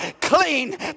clean